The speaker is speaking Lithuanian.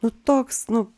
nu toks nu